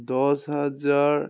দহ হাজাৰ